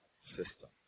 system